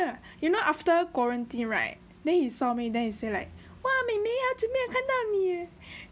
you know after quarantine right then he saw me then he say like !wah! 妹妹很久没有看到你 ah